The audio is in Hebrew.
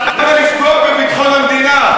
למה לפגוע בביטחון המדינה?